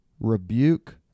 Rebuke